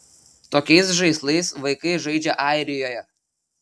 tokiais žaislais vaikai žaidžia airijoje